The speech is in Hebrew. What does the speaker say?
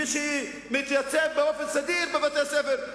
מי שמתייצב באופן סדיר בבתי-הספר,